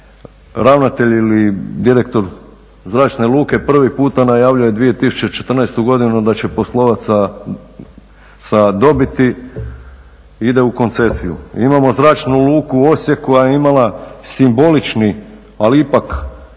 ravnatelj ili direktor zračne luke prvi puta najavljuje 2014. godinu da će poslovati sa dobiti ide u koncesiju. Imamo zračnu luku Osijek koja je imala simbolični ali ipak